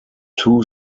two